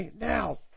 Now